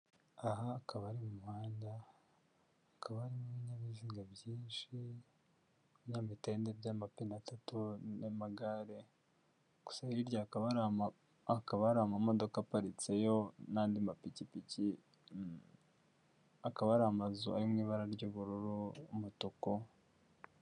Aha akaba ari mu umuhanda hakaba harimo ibinyabiziga byinshi imitende by'amapine atatu n'amagare gusa hirya hakaba akaba ari amamodoka aparitse n'andi mapikipiki akaba ari amazu ari mu ibara ry'ubururu, umutuku.